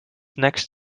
next